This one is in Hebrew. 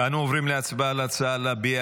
אנו עוברים להצבעה על ההצעה להביע